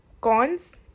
cons